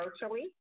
virtually